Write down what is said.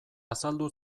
azaldu